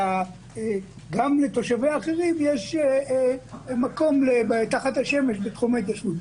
שגם לתושביה האחרים יש מקום תחת השמש בתחום האזרחי.